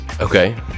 Okay